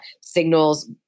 signals